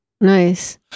Nice